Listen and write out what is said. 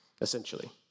essentially